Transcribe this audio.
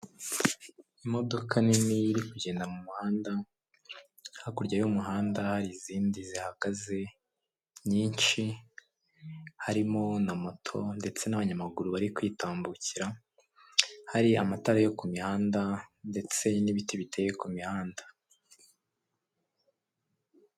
Imodoka nini iri kugenda mu muhanda hakurya y'umuhanda hari izindi zihagaze nyinshi harimo na moto ndetse n'abanyamaguru bari kwitambukira hari amatara yo ku mihanda ndetse n'ibiti biteye ku mihanda